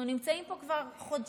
אנחנו נמצאים פה כבר חודשיים,